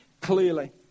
clearly